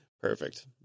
Perfect